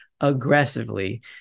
aggressively